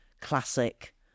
classic